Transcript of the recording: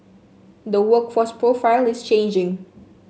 the workforce profile is changing